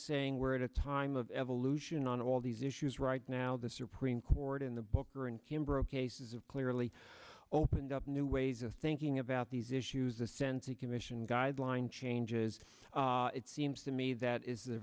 saying we're at a time of evolution on all these issues right now the supreme court in the booker and kimber of cases of clearly opened up new ways of thinking about these issues a sense a commission guideline changes it seems to me that is